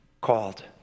called